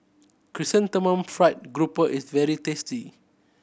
Chrysanthemum Fried Grouper is very tasty